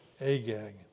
Agag